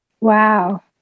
Wow